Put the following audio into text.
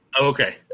Okay